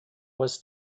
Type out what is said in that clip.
was